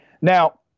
Now